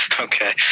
Okay